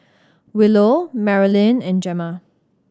Willow Marylyn and Gemma